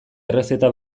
errezeta